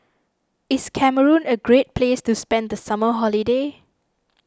is Cameroon a great place to spend the summer holiday